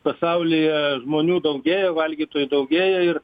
pasaulyje žmonių daugėja valgytojų daugėja ir